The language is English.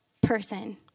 person